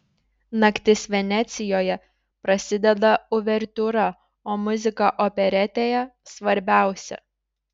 naktis venecijoje prasideda uvertiūra o muzika operetėje svarbiausia